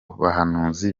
bahanuzi